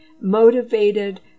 motivated